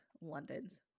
London's